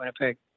Winnipeg